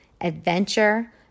adventure